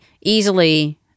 easily